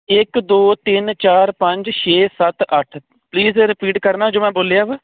ਇਕ ਦੋ ਤਿੰਨ ਚਾਰ ਪੰਜ ਛੇ ਸੱਤ ਅੱਠ ਪਲੀਜ ਰਿਪੀਟ ਕਰਨਾ ਜੋ ਮੈਂ ਬੋਲਿਆ ਵਾ